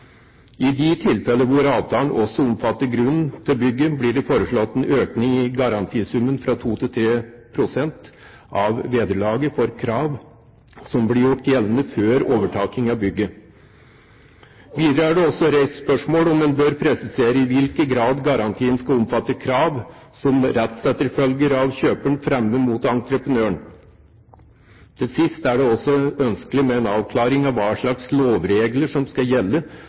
I de tilfeller hvor avtalen også omfatter grunnen til bygget, blir det foreslått en økning i garantisummen fra 2 til 3 pst. av vederlaget for krav som blir gjort gjeldende før overtaking av bygget. Videre er det også reist spørsmål om en bør presisere i hvilken grad garantien skal omfatte krav som en rettsetterfølger av kjøperen fremmer mot entreprenøren. Til sist er det også ønskelig med en avklaring av hva slags lovregler som skal gjelde